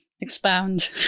Expound